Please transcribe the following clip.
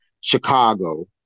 Chicago